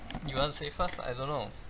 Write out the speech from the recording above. you want to say first I don't know